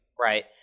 Right